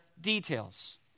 details